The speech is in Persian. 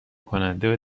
کننده